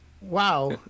Wow